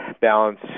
balance